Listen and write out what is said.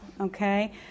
Okay